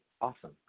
Awesome